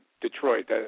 Detroit